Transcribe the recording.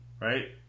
Right